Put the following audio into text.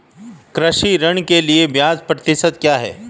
कृषि ऋण के लिए ब्याज प्रतिशत क्या है?